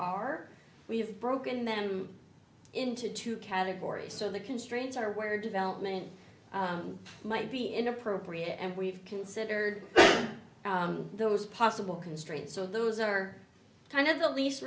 are we have broken them into two categories so the constraints are where development might be inappropriate and we've considered those possible constraints so those are kind of the least